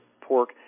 pork